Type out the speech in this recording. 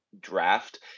draft